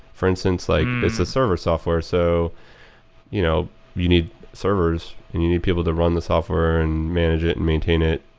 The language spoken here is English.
for instance, like there's a server software. so you know you need servers and you need people to run the software and manage it and maintain it.